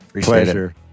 Pleasure